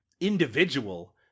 individual